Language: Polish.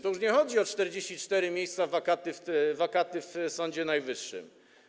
Tu już nie chodzi o 44 miejsca, wakaty w Sądzie Najwyższym.